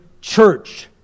church